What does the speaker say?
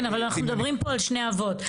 כן, אבל אנחנו מדברים פה על שני אבות.